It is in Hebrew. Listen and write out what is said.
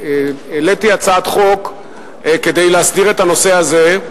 העליתי הצעת חוק כדי להסדיר את הנושא הזה,